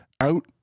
out